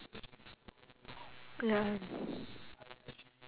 gaming computers cameras speakers and headphones